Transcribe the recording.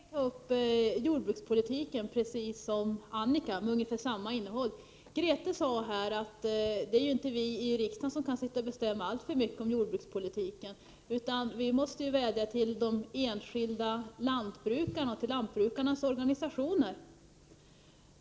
Herr talman! När det gäller jordbrukspolitiken har jag nästan samma synpunkter som Annika Åhnberg. Grethe Lundblad sade att vi i riksdagen inte kan bestämma alltför mycket om jordbrukspolitiken. I stället måste vi vädja till de enskilda lantbrukarna och deras organisationer.